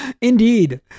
Indeed